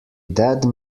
dead